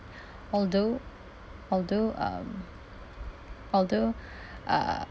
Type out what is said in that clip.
although although um although uh